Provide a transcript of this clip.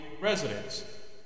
residents